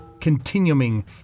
Continuing